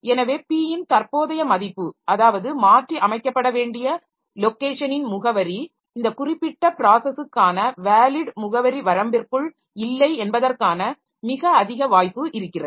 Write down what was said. எனவே p இன் தற்போதைய மதிப்பு அதாவது மாற்றியமைக்கப்பட வேண்டிய லொக்கேஷனின் முகவரி இந்த குறிப்பிட்ட ப்ராஸஸூக்கான வேலிட் முகவரி வரம்பிற்குள் இல்லை என்பதற்கான மிக அதிக வாய்ப்பு இருக்கிறது